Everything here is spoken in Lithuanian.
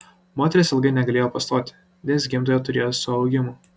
moteris ilgai negalėjo pastoti nes gimdoje turėjo suaugimų